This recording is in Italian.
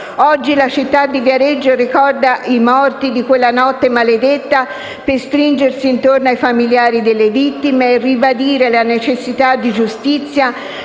Oggi la città di Viareggio ricorda i morti di quella notte maledetta per stringersi intorno ai familiari delle vittime e ribadire la necessità di giustizia